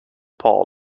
paul